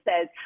says